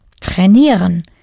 trainieren